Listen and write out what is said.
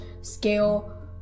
scale